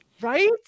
Right